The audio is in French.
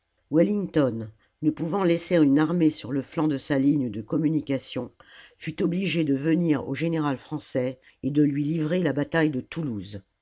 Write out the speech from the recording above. wellington ne pouvant laisser une armée sur le flanc de sa ligne de communication fut obligé de venir au général français et de lui livrer la bataille de toulouse